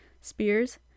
Spears